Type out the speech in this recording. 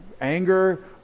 anger